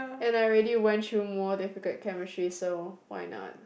and I already went through more difficult chemistry so why not